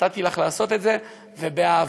נתתי לך לעשות את זה, ובאהבה.